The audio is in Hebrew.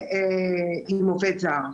עם עובד זר.